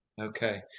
okay